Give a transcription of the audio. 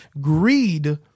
Greed